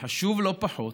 וחשוב לא פחות,